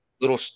little